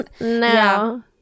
No